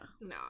No